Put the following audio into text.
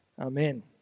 Amen